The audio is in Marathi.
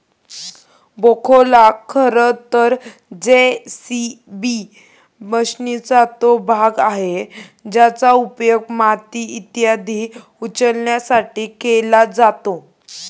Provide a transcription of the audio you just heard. बॅखोला खरं तर जे.सी.बी मशीनचा तो भाग आहे ज्याचा उपयोग माती इत्यादी उचलण्यासाठी केला जातो